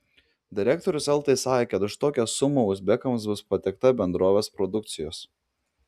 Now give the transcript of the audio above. direktorius eltai sakė kad už tokią sumą uzbekams bus patiekta bendrovės produkcijos